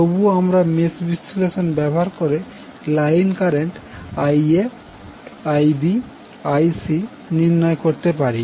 তবুও আমরা মেশ বিশ্লেষণ ব্যবহার করে লাইন কারেন্ট Ia Ib Icনির্ণয় করতে পারি